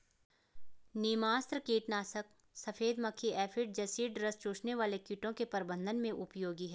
नीमास्त्र कीटनाशक सफेद मक्खी एफिड जसीड रस चूसने वाले कीड़ों के प्रबंधन में उपयोगी है